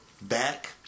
back